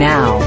Now